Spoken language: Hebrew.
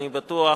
אני בטוח,